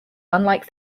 unlike